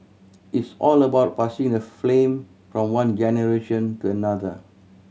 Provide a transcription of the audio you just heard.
it's all about passing the flame from one generation to another